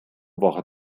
woche